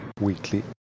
weekly